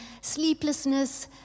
sleeplessness